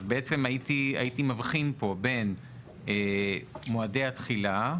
אז בעצם הייתי מבחין פה בין מועדי התחילה,